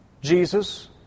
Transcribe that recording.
Jesus